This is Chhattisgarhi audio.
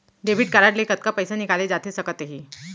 डेबिट कारड ले कतका पइसा निकाले जाथे सकत हे?